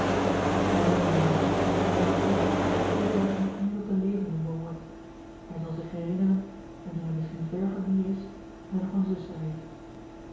henriette denk steeds dat eduard niet meer tot de levenden behoort hij zal zich herinneren wanneer hij misschien ver van hier is dat hij nog eene zuster heeft